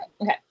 Okay